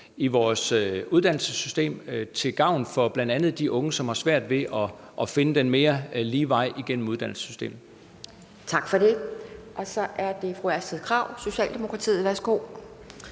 i vores uddannelsessystem til gavn for bl.a. de unge, som har svært ved at finde den mere lige vej igennem uddannelsessystemet.